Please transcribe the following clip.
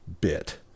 bit